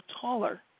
taller